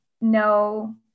no